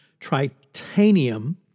Tritanium